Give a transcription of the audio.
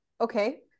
okay